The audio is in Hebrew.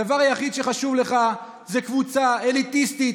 הדבר היחיד שחשוב לך זו קבוצה אליטיסטית,